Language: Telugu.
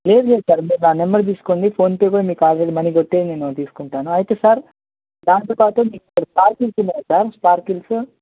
లేదు లేదు సార్ మీరు నా నెంబర్ తీసుకోండి ఫోన్పే కూడా మీకు ఆల్రెడీ మనీ కొట్టి నేను తీసుకుంటాను అయితే సార్ దానితోపాటు మీ దగ్గర స్పార్క్ల్స్ ఉన్నాయా సార్ స్పార్క్ల్స్